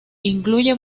incluye